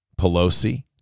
Pelosi